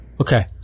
Okay